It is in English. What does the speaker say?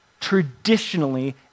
traditionally